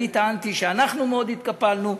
אני טענתי שאנחנו מאוד התקפלנו,